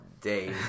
day